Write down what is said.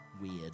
weird